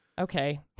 Okay